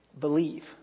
believe